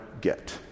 get